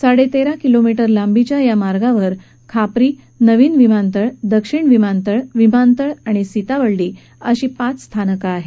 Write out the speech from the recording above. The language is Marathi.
साडेतेरा किलोमीटर लांबीच्या या मार्गावर खापरी नवीन विमानतळ दक्षिण विमानतळ विमानतळ आणि सीताबर्डी अशी पाच स्थानकं आहेत